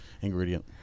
ingredient